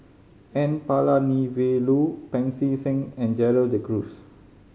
N Palanivelu Pancy Seng and Gerald De Cruz